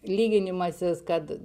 lyginimasis kad